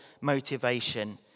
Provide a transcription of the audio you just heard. motivation